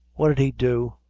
what id he do?